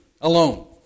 alone